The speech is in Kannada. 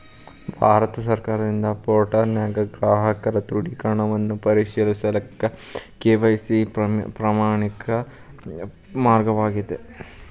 ಭಾರತ ಸರ್ಕಾರದಿಂದ ಪೋರ್ಟಲ್ನ್ಯಾಗ ಗ್ರಾಹಕರ ದೃಢೇಕರಣವನ್ನ ಪರಿಶೇಲಿಸಕ ಕೆ.ವಾಯ್.ಸಿ ಪ್ರಮಾಣಿತ ಮಾರ್ಗವಾಗ್ಯದ